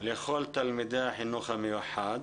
לכל תלמידי החינוך המיוחד.